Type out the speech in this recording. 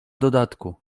dodatku